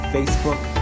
Facebook